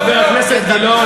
חבר הכנסת גילאון,